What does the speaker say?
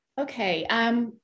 Okay